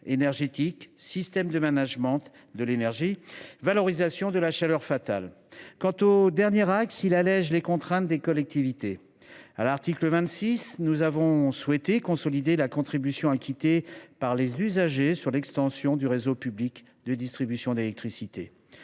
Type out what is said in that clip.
énergétiques, systèmes de management de l’énergie, valorisation de la chaleur fatale. Quant au quatrième et dernier axe, il consiste à alléger les contraintes des collectivités. À l’article 26, nous avons souhaité consolider la contribution acquittée par les usagers pour l’extension du réseau public de distribution d’électricité.